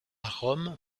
rome